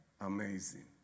Amazing